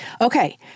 okay